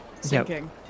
Sinking